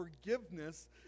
forgiveness